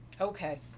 Okay